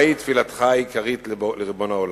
מהי תפילתך העיקרית לריבון העולם?